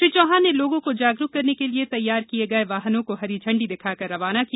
श्री चौहान ने लोगों को जागरूक करने के लिए तैयार किये गये वाहनों को हरी झंडी दिखाकर रवाना किया